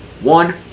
one